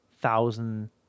thousand